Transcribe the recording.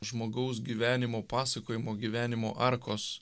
žmogaus gyvenimo pasakojimo gyvenimo arkos